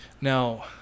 Now